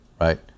right